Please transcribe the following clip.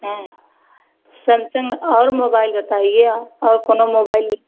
हैं सैमसंग और कोई मोबाइल बताइए आप और कोनो मोबाइल लि